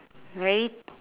red